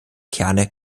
kerne